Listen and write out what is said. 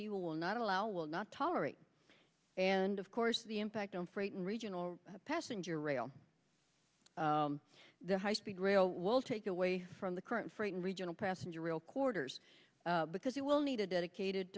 people will not allow will not tolerate and of course the impact on freight and regional passenger rail the high speed rail will take away from the current freight and regional passenger rail quarters because it will need a dedicated